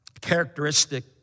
characteristic